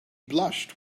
blushed